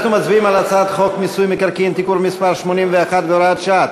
אנחנו מצביעים על הצעת חוק מיסוי מקרקעין (תיקון מס' 81 והוראת שעה),